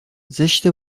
زشته